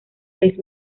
seis